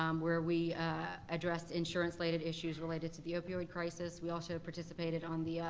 um where we addressed insurance-slated issues related to the opioid crisis. we also participated on the